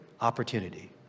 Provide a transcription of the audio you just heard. opportunity